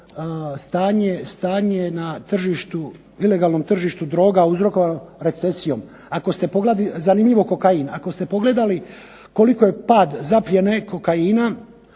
stanje na ilegalnom tržištu droga uzorkovano recesijom, zanimljivo kokain. Ako ste pogledali koliki je pad zaplijene kokaina,